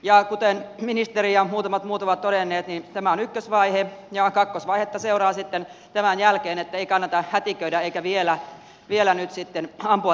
ja kuten ministeri ja muutamat muut ovat todenneet niin tämä on ykkösvaihe ja kakkosvaihetta seuraa sitten tämän jälkeen niin että ei kannata hätiköidä eikä vielä nyt sitten ampua tätä alas